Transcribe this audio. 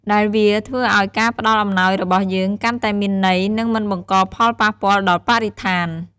ដែលវាធ្វើឱ្យការផ្តល់អំណោយរបស់យើងកាន់តែមានន័យ និងមិនបង្កផលប៉ះពាល់ដល់បរិស្ថាន។